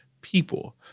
people